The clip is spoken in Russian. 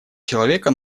человека